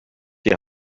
die